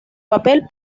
papel